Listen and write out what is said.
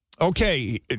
Okay